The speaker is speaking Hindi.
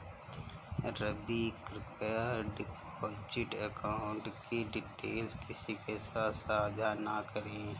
रवि, कृप्या डिपॉजिट अकाउंट की डिटेल्स किसी के साथ सांझा न करें